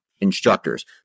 instructors